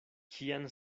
kian